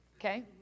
okay